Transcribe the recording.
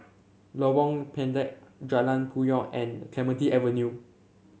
Lorong Pendek Jalan Puyoh and Clementi Avenue